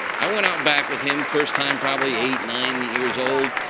i went out back with him first time probably eight, nine years old,